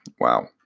Wow